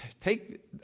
Take